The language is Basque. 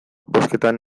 bozketan